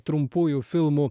trumpųjų filmų